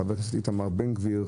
חבר הכנסת איתמר בן גביר,